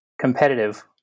competitive